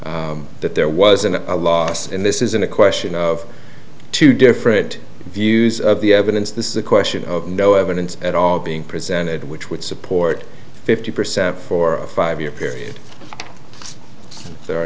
that there wasn't a loss and this isn't a question of two different views of the evidence this is a question of no evidence at all being presented which would support fifty percent for a five year period there are